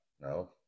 No